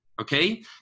Okay